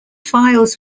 files